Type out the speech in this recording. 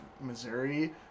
Missouri